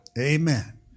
Amen